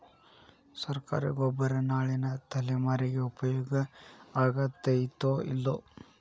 ಸರ್ಕಾರಿ ಗೊಬ್ಬರ ನಾಳಿನ ತಲೆಮಾರಿಗೆ ಉಪಯೋಗ ಆಗತೈತೋ, ಇಲ್ಲೋ?